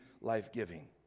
life-giving